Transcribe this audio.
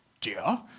Dear